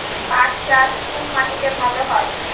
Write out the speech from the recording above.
পাট চাষ কোন মাটিতে ভালো হয়?